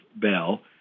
Bell